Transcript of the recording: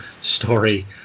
story